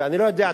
ואני לא יודע,